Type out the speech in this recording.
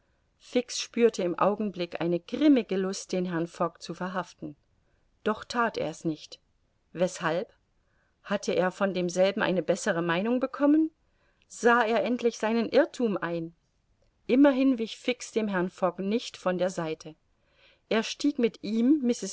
fix spürte im augenblick eine grimmige lust den herrn fogg zu verhaften doch that er's nicht weshalb hatte er von demselben eine bessere meinung bekommen sah er endlich seinen irrthum ein immerhin wich fix dem herrn fogg nicht von der seite er stieg mit ihm